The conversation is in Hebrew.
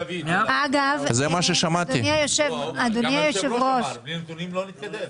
גם היושב ראש אמר שבלי הנתונים לא נתקדם.